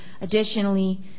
Additionally